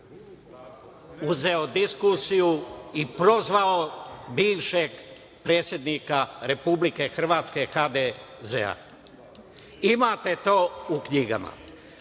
uzeo diskusiju i prozvao bivšeg predsednika Republike Hrvatske, HDZ. Imate to u knjigama.